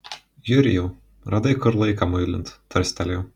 jurijau radai kur laiką muilint tarstelėjau